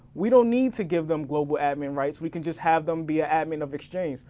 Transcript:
we don't need to give them global admin rights, we can just have them be a admin of exchange.